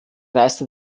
reiste